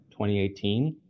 2018